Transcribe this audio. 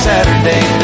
Saturday